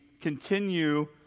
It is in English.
continue